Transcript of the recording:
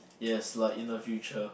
yes like in the future